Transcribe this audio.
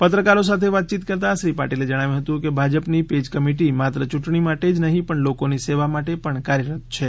પત્રકારો સાથે વાતયીત કરતાં શ્રી પાટિલે જણાવ્યું હતું કે ભાજપની પેજ કમિટી માત્ર યૂંટણીઓ માટે નહીં પણ લોકોની સેવા માટે પણ કાર્યરત છે